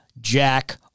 Jack